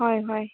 ꯍꯣꯏ ꯍꯣꯏ